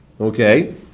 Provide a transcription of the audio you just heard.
Okay